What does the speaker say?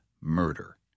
murder